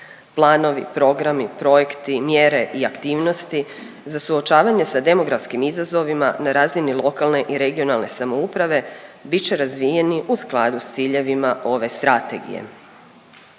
Planovi, programi, projekti, mjere i aktivnosti za suočavanje sa demografskim izazovima na razini lokalne i regionalne samouprave bit će razvijeni u skladu s ciljevima ove strategije.